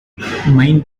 main